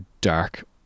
dark